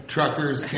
Truckers